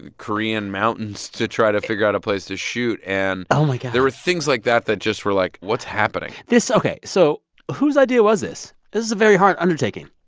and korean mountains to try to figure out a place to shoot. and um like there were things like that that just were, like, what's happening? this ok. so whose idea was this? this is a very hard undertaking.